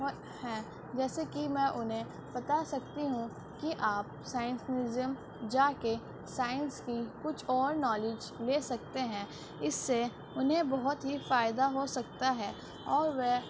ہیں جیسے کہ میں انہیں بتا سکتی ہوں کہ آپ سائنس میوزیم جا کے سائنس کی کچھ اور نالج لے سکتے ہیں اس سے انہیں بہت ہی فائدہ ہو سکتا ہے اور وہ